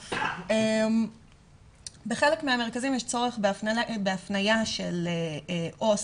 בנוסף בחלק מהמרכזים יש צורך בהפניה של עו"ס